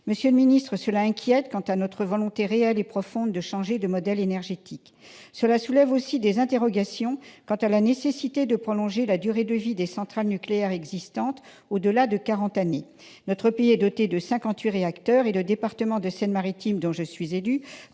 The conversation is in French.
Monsieur le secrétaire d'État, cela inquiète quant à notre volonté réelle et profonde de changer de modèle énergétique. Cela soulève aussi des interrogations quant à la nécessité de prolonger la durée de vie des centrales nucléaires existantes au-delà de quarante années. Notre pays est doté de cinquante-huit réacteurs et le département de la Seine-Maritime, dont je suis élue,